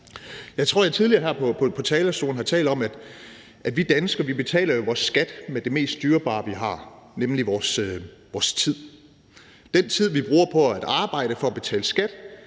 Jeg tror, jeg tidligere her på talerstolen har talt om, at vi danskere jo betaler vores skat med det mest dyrebare, vi har, nemlig vores tid. Den tid, vi bruger på at arbejde for at betale skat,